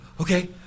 Okay